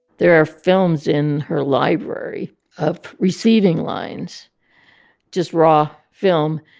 there are films in her library of receiving lines just raw film.